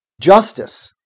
Justice